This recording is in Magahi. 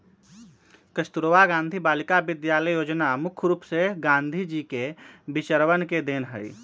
कस्तूरबा गांधी बालिका विद्यालय योजना मुख्य रूप से गांधी जी के विचरवन के देन हई